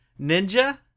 Ninja